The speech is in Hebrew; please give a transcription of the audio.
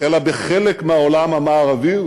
אלא בחלק מהעולם המערבי,